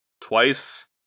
Twice